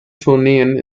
tourneen